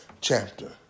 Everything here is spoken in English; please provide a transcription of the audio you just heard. chapter